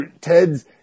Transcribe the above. Ted's